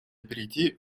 перейти